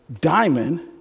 diamond